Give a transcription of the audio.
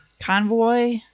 Convoy